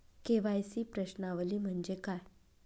KYC प्रश्नावली म्हणजे काय?